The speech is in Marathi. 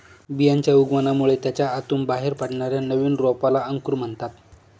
बियांच्या उगवणामुळे त्याच्या आतून बाहेर पडणाऱ्या नवीन रोपाला अंकुर म्हणतात